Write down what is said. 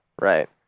right